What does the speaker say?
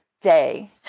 day